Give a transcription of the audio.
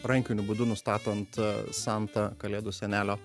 rankiniu būdu nustatant santa kalėdų senelio